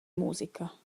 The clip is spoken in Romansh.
musica